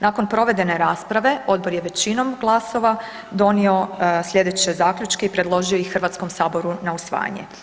Nakon provedene rasprave, odbor je većinom glasova donio slijedeće zaključke i predložio ih Hrvatskom saboru na usvajanje.